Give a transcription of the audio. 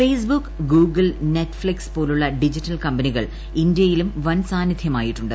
Facebook Google Netflix പോലുള്ള digital കമ്പനികൾ ഇന്ത്യയിലും വൻ സാന്നിധ്യം ആയിട്ടുണ്ട്